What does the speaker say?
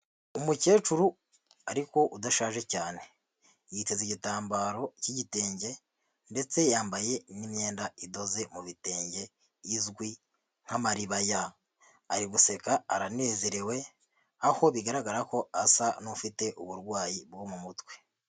Umukecuru ariko udashaje cyane yiteze igitambaro cy'igitenge ndetse yambaye n'imyenda idoze mu bitenge izwi nk'amaribaya. Ari guseka aranezerewe aho bigaragara ko asa n'ufite uburwayi bwo mu mutwe.